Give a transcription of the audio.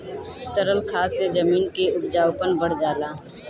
तरल खाद से जमीन क उपजाऊपन बढ़ जाला